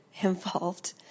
involved